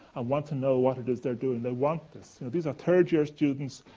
i want to know what it is they're doing. they want this. you know, these are third year students.